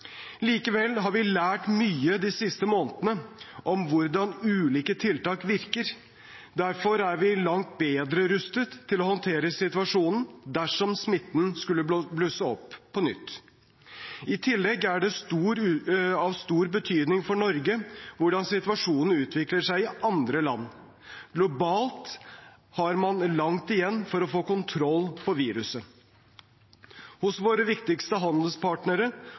Likevel har vi lært mye de siste månedene om hvordan ulike tiltak virker. Derfor er vi langt bedre rustet til å håndtere situasjonen dersom smitten skulle blusse opp på nytt. I tillegg er det av stor betydning for Norge hvordan situasjonen utvikler seg i andre land. Globalt har man langt igjen for å få kontroll på viruset. Hos våre viktigste handelspartnere